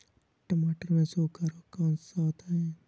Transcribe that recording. टमाटर में सूखा रोग कौन सा होता है?